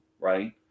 right